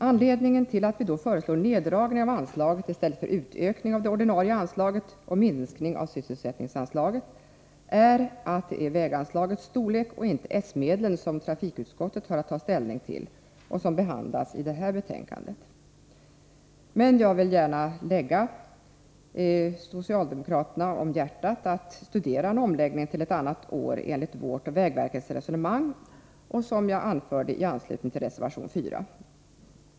Anledningen till att vi då föreslår neddragning av anslaget i stället för utökning av det ordinarie anslaget och minskning av sysselsättningsanslaget är att det är väganslagets storlek och inte s-medlen som trafikutskottet har att ta ställning till och som behandlas i detta betänkande. Men jag vill gärna lägga socialdemokraterna om hjärtat att till ett annat år studera en omläggning i enlighet med vårt och vägverkets resonemang, som jag anförde i anslutning till reservation 4.